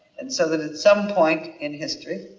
and so that at some point in history